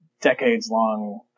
decades-long